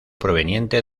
proveniente